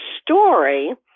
story